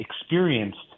experienced